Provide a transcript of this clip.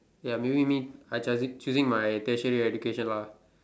ya maybe me I charge it choosing my tertiary education lah